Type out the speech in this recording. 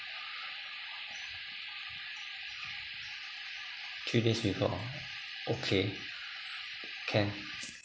few days before okay can